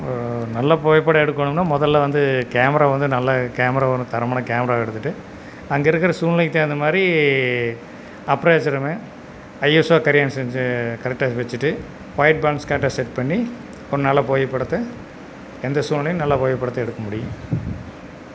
நல்ல புகைப்படம் எடுக்கணும்னால் முதல்ல வந்து கேமரா வந்து நல்லா கேமரா ஒன்று தரமான கேமரா எடுத்துகிட்டு அங்கே இருக்கிற சூழ்நிலைக்கு தகுந்த மாதிரி அப்ரைசருமே ஐஎஸ்ஓ கரியன் சென்ஸு கரெக்டாக வச்சுட்டு பாக்கெட் பேலன்ஸ் கரெக்டாக செட் பண்ணி ஒரு நல்ல புகைப்படத்தை எந்த சூழ்நிலையிலேயும் நல்ல புகைப்படத்தை எடுக்க முடியும்